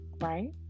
right